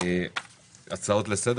הצעות לסדר